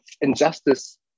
injustice